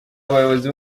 abayobozi